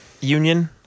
union